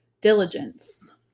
diligence